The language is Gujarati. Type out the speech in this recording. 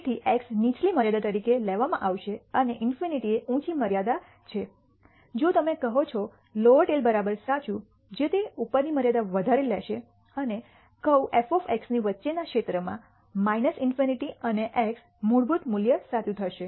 તેથી x નીચલી મર્યાદા તરીકે લેવામાં આવશે અને ∞ એ ઉંચી મર્યાદા છે જો તમે કહો છો લોઅર ટેઈલ સાચું જો તે ઉપરની મર્યાદા વધારે લેશે અને કર્વ f ની વચ્ચેના ક્ષેત્રમાં ∞ અને x મૂળભૂત મૂલ્ય સાચું થશે